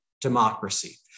democracy